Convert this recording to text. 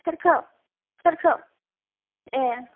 सोरखौ सोरखौ ए